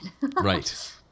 right